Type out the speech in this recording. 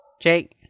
Jake